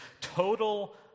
total